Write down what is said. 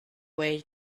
way